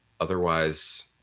Otherwise